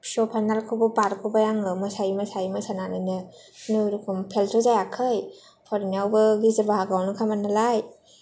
P U फाइनालखौबो बारग'बाय आङो मोसायै मोसायै मोसानानैनो खुनुरुखुम फेलथ' जायाखै फरायनायावबो गेजेर बाहागोआवनोखामोन नालाय